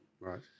Right